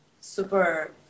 super